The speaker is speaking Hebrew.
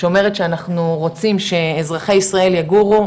שאומרת שאנחנו רוצים שאזרחי ישראל יגורו